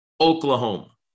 Oklahoma